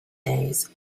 days